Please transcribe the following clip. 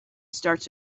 starts